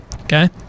Okay